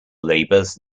labors